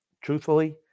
Truthfully